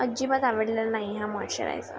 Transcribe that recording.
अजिबात आवडलेलं नाही हा मॉशर आहेचा